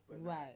right